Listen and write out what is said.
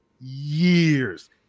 years